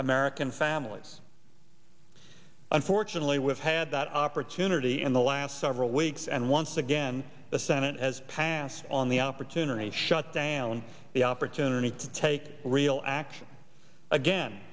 american families unfortunately we've had that opportunity in the last several weeks and once again the senate has passed on the opportunity to shut down the opportunity to take real action again